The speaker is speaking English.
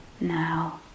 now